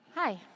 Hi